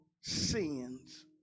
sins